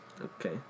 Okay